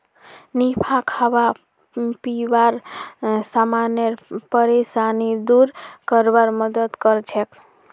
निफा खाबा पीबार समानेर परेशानी दूर करवार मदद करछेक